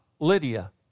Lydia